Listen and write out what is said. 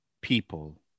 people